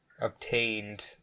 obtained